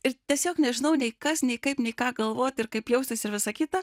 ir tiesiog nežinau nei kas nei kaip nei ką galvot ir kaip jaustis ir visa kita